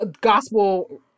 gospel